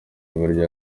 burya